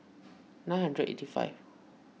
nine hundred eighty five